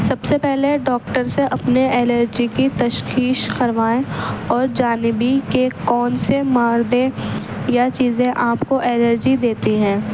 سب سے پہلے ڈاکٹر سے اپنے الرجی کی تشخیص کروائیں اور جانبی کے کون سے مادے یا چیزیں آپ کو الرجی دیتی ہیں